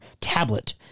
tablet